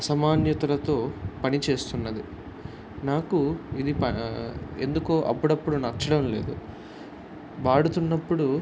అసమాన్యతులతో పనిచేస్తున్నది నాకు ఇది ఎందుకో అప్పుడప్పుడు నచ్చడం లేదు వాడుతున్నప్పుడు